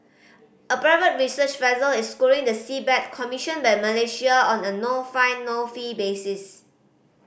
a private research vessel is scouring the seabed commissioned by Malaysia on a no find no fee basis